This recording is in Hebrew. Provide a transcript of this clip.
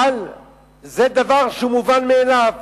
אבל זה דבר שמובן מאליו